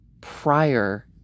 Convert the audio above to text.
prior